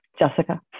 Jessica